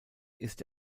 ist